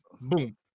boom